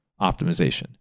optimization